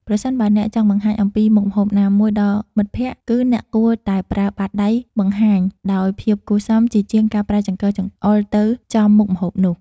ប្រសិនបើអ្នកចង់បង្ហាញអំពីមុខម្ហូបណាមួយដល់មិត្តភក្តិ គឺ អ្នកគួរតែប្រើបាតដៃបង្ហាញដោយភាពគួរសមជាជាងការប្រើចង្កឹះចង្អុលចំទៅមុខម្ហូបនោះ។